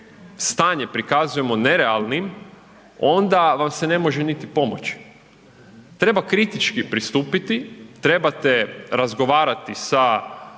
stanje prikazujemo nerealnim onda vam se ne može niti pomoći. Treba kritički pristupiti, trebate razgovarati sa